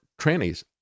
trannies